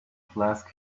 flask